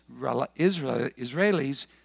Israelis